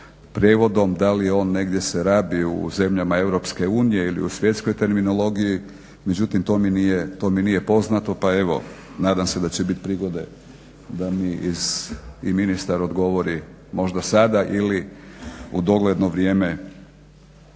da li on negdje se rabi u zemljama EU ili u svjetskoj terminologiji, međutim to mi nije poznato pa evo nadam se da će biti prigode da mi i ministar odgovori možda sada ili u dogledno vrijeme